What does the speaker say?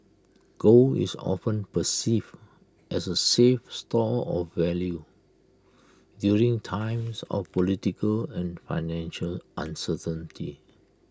gold is often perceived as A safe store of value during times of political and financial uncertainty